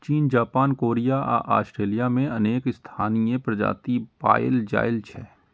चीन, Japan, Korea आ Australia मे अनेक स्थानीय प्रजाति पाएल जाइ छै